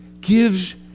gives